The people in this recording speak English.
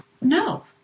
No